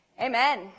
amen